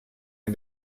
ein